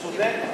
הוא צודק.